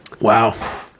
Wow